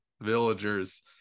villagers